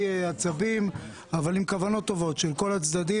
עצבים אבל עם כוונות טובות של כל הצדדים,